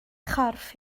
chorff